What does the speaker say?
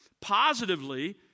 Positively